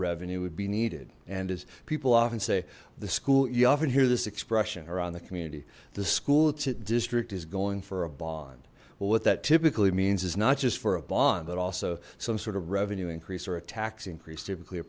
revenue would be needed and as people often say the school you often hear this expression around the community the school district is going for a bond well what that typically means is not just for a bond but also some sort of revenue increase or a tax increase typically a